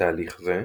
בתהליך זה,